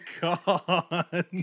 God